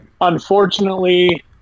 unfortunately